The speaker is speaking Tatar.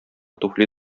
туфли